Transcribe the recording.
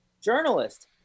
journalist